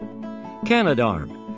Canadarm